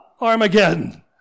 Armageddon